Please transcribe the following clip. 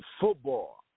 football